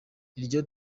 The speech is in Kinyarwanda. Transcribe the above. iryo